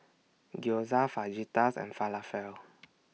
Gyoza Fajitas and Falafel